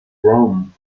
rome